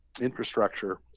infrastructure